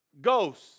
ghosts